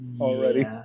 already